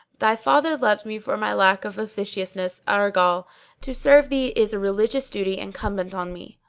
thy father loved me for my lack of officiousness, argal, to serve thee is a religious duty incumbent on me.